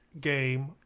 game